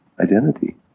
identity